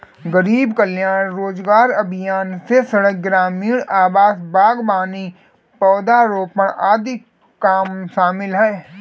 गरीब कल्याण रोजगार अभियान में सड़क, ग्रामीण आवास, बागवानी, पौधारोपण आदि काम शामिल है